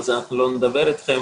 אנחנו לא נדבר איתכם,